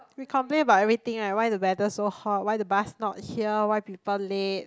we complain about everything ya why the whether so hot why the bath not here why people late